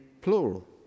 plural